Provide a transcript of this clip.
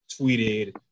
tweeted